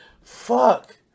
fuck